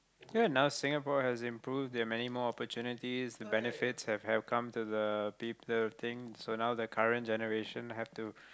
till now Singapore has improved in many more opportunities the benefits have have come to the peo~ the thing so now the current generation have to